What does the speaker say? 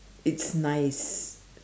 it's nice